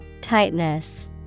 Tightness